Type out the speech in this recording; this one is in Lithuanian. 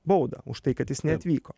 baudą už tai kad jis neatvyko